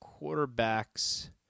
Quarterbacks